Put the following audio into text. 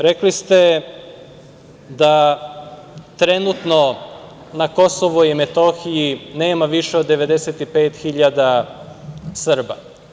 Rekli ste da trenutno na Kosovu i Metohiji nema više od 95 hiljada Srba.